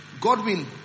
Godwin